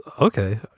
Okay